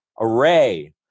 array